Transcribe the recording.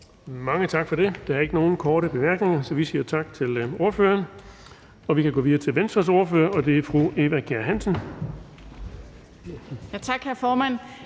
Mange tak for det. Der er ikke nogen korte bemærkninger, så vi siger tak til ordføreren. Og vi kan gå videre til Venstres ordfører, og det er fru Eva Kjer Hansen. Kl. 18:17 (Ordfører)